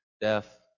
death